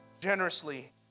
generously